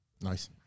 Nice